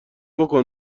بکن